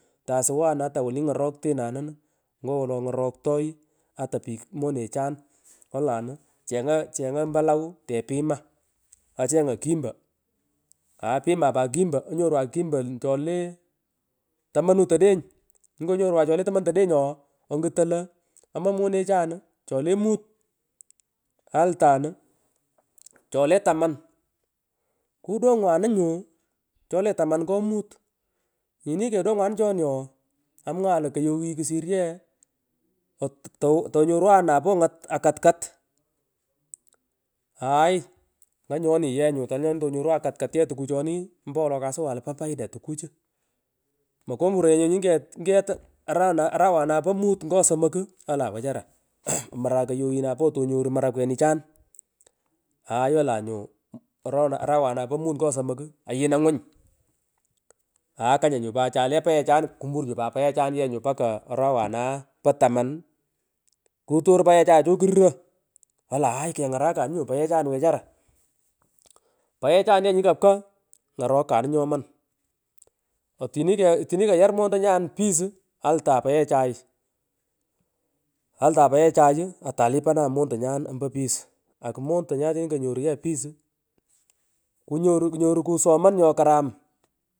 Tasuwan ata woni ngoroktenanunu ingo wolo ngoroktoi ata pik monechan, olanu chenga. chenga mbalao tepima achengon kimbo aa piman pat kimbo inyorwan kimben chose tamount odenyinyi konyorwan nyi kanyarwan nyini le tomonut odeng ooh onguton lo omoy monechanu chale muti aitan chole taman kudongwanu nyu chole tamari ngo mut inyini kadongwana nyoni ooh amwaghan lo koyaghi kusir ye otu tanyorwan anapo akatkat ye tukuchuni ompowolo kasuwan lo po paida tukuchu mokumpuronye nyini ket nyiket nyiket arawanay po mut ngo somoku olan wechara wechara omoran napo koyoghitonyoru marakwene cha aay olenyu orona arawana po mut ngo somoku ayinan ngung ay kangan nyu pat chale rechan kumbur pat rechan mbaka arawanae po taman. kutar payechay chu karuro olan ay kengarakanu nyu paghechan wechara paghechan nyu nyi kapka ngorokanu nyoman otini ke otini kaya mandonyan ompo pees akumondonya. tini konyoru ye pees ikunyoru kunyoru kusomon nyokaram.